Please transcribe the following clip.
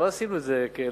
לא עשינו את זה כלאחר-יד.